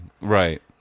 Right